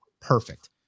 perfect